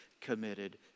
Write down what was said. committed